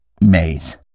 maze